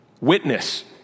witness